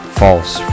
false